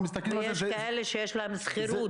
ויש כאלה שיש להם שכירות.